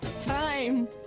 Time